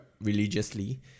religiously